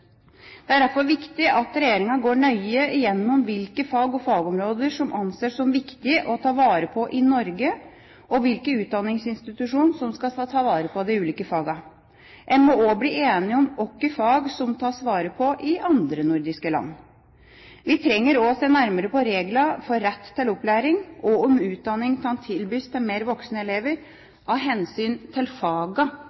Det er derfor viktig at regjeringa går nøye gjennom hvilke fag og fagområder som anses som viktige å ta vare på i Norge, og hvilken utdanningsinstitusjon som skal ta vare på de ulike fagene. En må også bli enige om hvilke fag som tas vare på i andre nordiske land. Vi trenger også å se nærmere på reglene for rett til opplæring og om utdanningen kan tilbys til mer voksne elever,